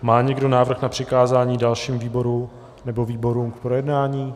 Má někdo návrh na přikázání dalšímu výboru nebo výborům k projednání?